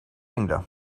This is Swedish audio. ringde